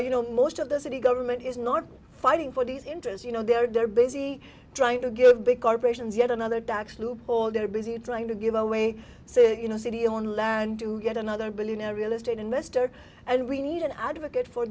you know most of the city government is not fighting for these interests you know they're busy trying to give big corporations yet another tax loophole they're busy trying to give away so you know city on learn to get another billionaire real estate investor and we need an advocate for